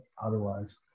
otherwise